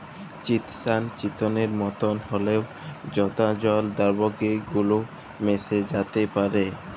chitosan চিটনের মতন হঁল্যেও জঁদা জল দ্রাবকে গুল্যে মেশ্যে যাত্যে পারে